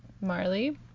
Marley